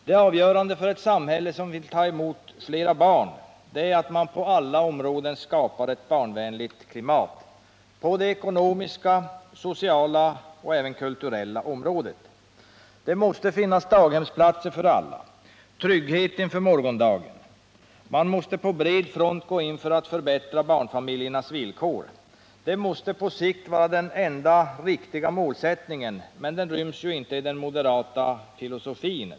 Det avgörande för ett samhälle som vill ta emot flera barn är att man på alla områden skapar ett barnvänligt klimat — på det ekonomiska, sociala och även kulturella området. Det måste finnas daghemsplatser för alla och trygghet inför morgondagen. Man måste på bred front gå in för att förbättra barnfamiljernas villkor. Det måste på sikt vara den enda riktiga målsättningen, men den ryms inte i den moderata filosofin.